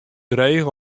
dreech